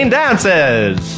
dances